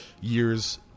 years